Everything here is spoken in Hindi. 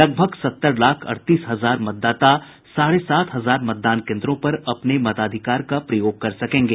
लगभग सत्तर लाख अड़तीस हजार मतदाता साढ़े सात हजार मतदान केन्द्रों पर अपने मताधिकार का प्रयोग कर सकेंगे